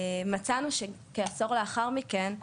מצאנו שעשור כלאחר מכן,